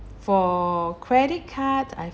for credit card I